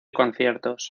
conciertos